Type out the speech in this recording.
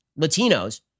Latinos